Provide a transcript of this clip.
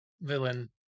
villain